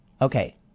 Okay